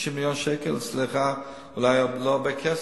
60 מיליון שקל אצלך זה אולי לא הרבה כסף.